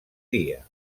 dia